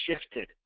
shifted